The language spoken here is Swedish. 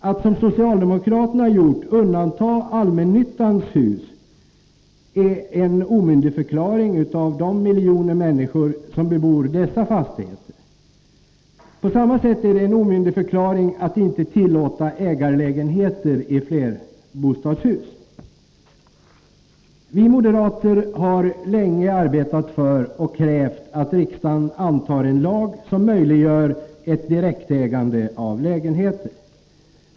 Att som socialdemokraterna gjort undanta allmännyttans hus är en omyndigförklaring av de miljoner människor som bebor dessa fastigheter. På samma sätt är det en omyndigförklaring att inte tillåta ägarlägenheter i flerbostadshus. Vi moderater har länge arbetat för och krävt att riksdagen antar en lag som möjliggör ett direktägande av lägenheter.